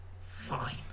fine